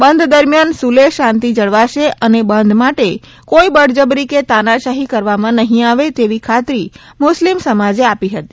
બંધ દરમિયાન સુલેહ શાંતિ જળવાશે અને બંધ માટે કોઇ બળજબરી કે તાનાશાહી કરવામાં નહિ આવે તેવી ખાત્રી મુસ્લિમ સમાજે આપી હતી